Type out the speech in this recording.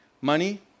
money